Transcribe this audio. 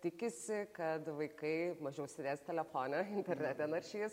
tikisi kad vaikai mažiau sėdės telefone internete naršys